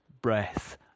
breath